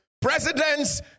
Presidents